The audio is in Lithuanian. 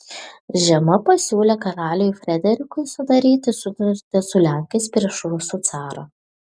žema pasiūlė karaliui frederikui sudaryti sutartį su lenkais prieš rusų carą